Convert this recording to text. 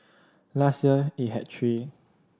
last year it had three